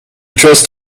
trust